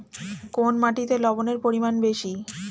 কোন মাটিতে লবণের পরিমাণ বেশি?